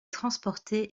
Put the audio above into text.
transportés